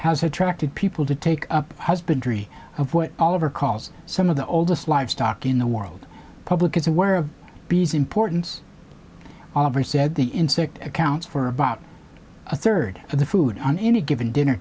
has attracted people to take up husbandry of what all overcalls some of the oldest livestock in the world public is aware of bees importance oliver said the insect accounts for about a third of the food on any given dinner